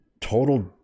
total